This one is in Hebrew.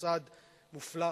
מוסד מופלא,